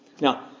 Now